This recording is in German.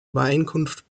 übereinkunft